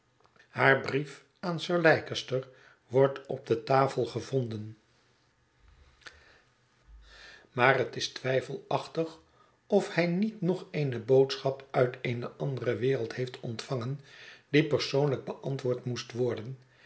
haar brief aan sir leicester wordt op de tafel gevonden maar het is twijfelachtig of hij niet nog eene boodschap uit eene andere wereld heeft ontvangen die persoonlijk beantwoord moest wotden